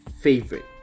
Favorite